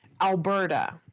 Alberta